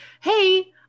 Hey